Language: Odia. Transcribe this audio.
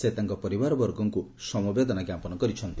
ସେ ତାଙ୍କ ପରିବାର ବର୍ଗଙ୍କୁ ସମବେଦନା ଜ୍ଞାପନ କରିଛନ୍ତି